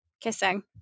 kissing